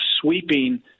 sweeping